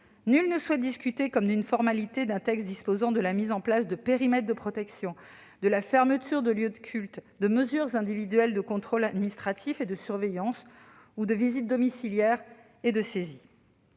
Nul ne souhaite discuter comme d'une formalité un texte ayant trait à la mise en place de périmètres de protection, à la fermeture de lieux de culte, à des mesures individuelles de contrôle administratif et de surveillance ou à des visites domiciliaires et à des saisies.